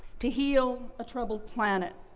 to heal a troubled planet,